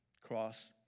cross